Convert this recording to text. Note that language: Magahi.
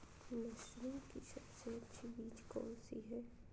मशरूम की सबसे अच्छी बीज कौन सी है?